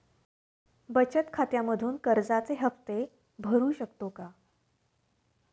बचत खात्यामधून कर्जाचे हफ्ते भरू शकतो का?